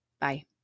Bye